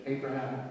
Abraham